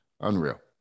Unreal